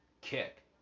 kick